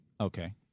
Okay